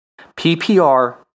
PPR